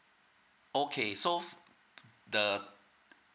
okay so f~ the